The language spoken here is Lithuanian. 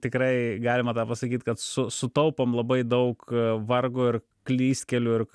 tikrai galima tą pasakyt kad su sutaupom labai daug vargo ir klystkelių ir